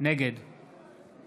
נגד